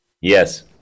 Yes